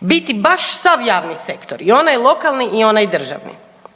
biti baš sav javni sektor i onaj lokalni i onaj državi.